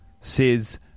says